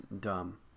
dumb